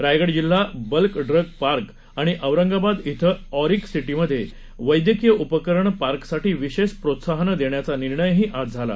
रायगड जिल्ह्यात bulk drug park आणि औरंगाबाद इथं ऑरिक सिटीमध्ये वैद्यकीय उपकरण पार्कसाठी विशेष प्रोत्साहने देण्याचा निर्णयही आज झाला